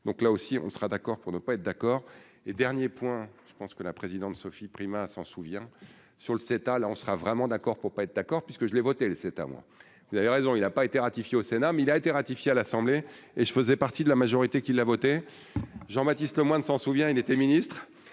donc là aussi on sera d'accord pour ne pas être d'accord, et dernier point, je pense que la présidente Sophie Primas s'en souvient, sur le CETA, là on sera vraiment d'accord pour pas être d'accord puisque je l'ai voté, c'est à moi, vous avez raison, il n'a pas été ratifié au Sénat, mais il a été ratifié à l'Assemblée et je faisais partie de la majorité qui l'a voté, Jean-Baptiste Lemoyne, s'en souvient, il était ministre,